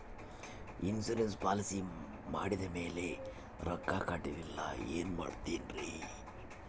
Insurance policy ಮಾಡಿದ ಮೇಲೆ ರೊಕ್ಕ ಕಟ್ಟಲಿಲ್ಲ ಏನು ಮಾಡುತ್ತೇರಿ?